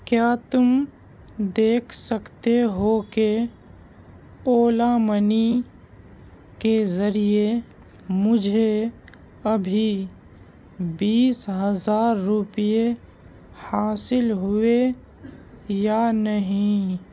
کیا تم دیکھ سکتے ہو کہ اولا منی کے ذریعے مجھے ابھی بیس ہزار روپیے حاصل ہوئے یا نہیں